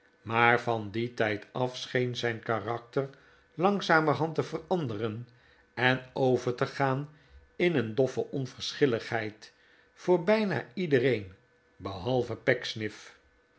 maar van dien tijd af scheen zijn karakter langzamerhand te veranderen en over te gaan in een doffe onverschilligheid voor bijna iedereen behalve